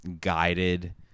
guided